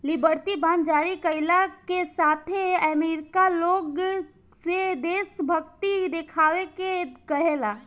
liberty bond जारी कईला के साथे अमेरिका लोग से देशभक्ति देखावे के कहेला